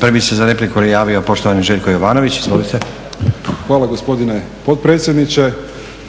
Prvi se za repliku javio poštovani Željko Jovanović. Izvolite. **Jovanović, Željko (SDP)** Hvala gospodine potpredsjedniče.